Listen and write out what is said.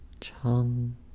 Chum